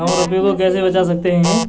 हम रुपये को कैसे बचा सकते हैं?